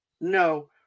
No